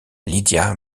lydia